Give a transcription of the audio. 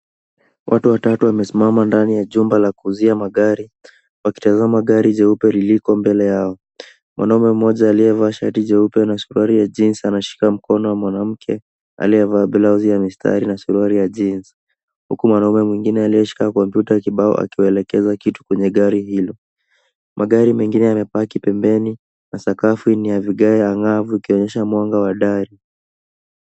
Watu watatu wame simama ndani ya jumba la kuuzia magari, wakitazama gari jeupe liliko mbele yao. Mwanaume mmoja alievaa shati jeupe na suruali ya jeans anashika mkono wa mwanamke alievaa blouse ya mistari na suruali ya jeans . Huku mwanaume mwingine alie shika kompyuta ya kibao akiwaelekeza kitu kwenye gari hilo. Magari mengine yamepaki pembeni na sakafu ni ya vigae angavu ikionyesha mwanga wa dari.